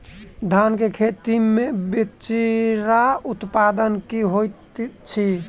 धान केँ खेती मे बिचरा उत्पादन की होइत छी?